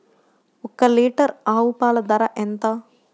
ఒక్క లీటర్ ఆవు పాల ధర ఎంత?